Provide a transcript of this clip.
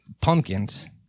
pumpkins